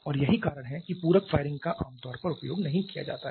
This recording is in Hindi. और यही कारण है कि पूरक फायरिंग का आमतौर पर उपयोग नहीं किया जाता है